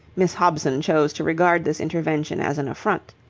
miss hobson chose to regard this intervention as an affront.